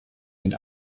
den